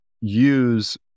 use